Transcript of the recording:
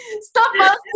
Stop